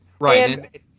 Right